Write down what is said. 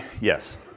yes